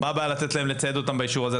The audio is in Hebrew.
מה הבעיה לצייד אותם באישור הזה?